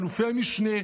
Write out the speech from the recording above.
אלופי משנה,